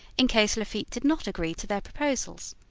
in case lafitte did not agree to their proposals.